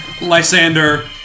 Lysander